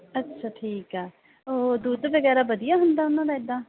ਅੱਛਾ ਠੀਕ ਆ ਉਹ ਦੁੱਧ ਵਗੈਰਾ ਵਧੀਆ ਹੁੰਦਾ ਉਹਨਾਂ ਦਾ ਇੱਦਾਂ